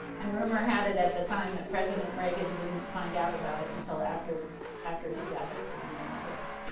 and rumor had it at the time that president reagan didn't find out about it until after after he got his in the mail, i guess.